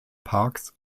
parks